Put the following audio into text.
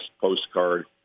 postcard